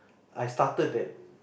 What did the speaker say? I started that